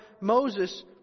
Moses